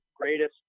greatest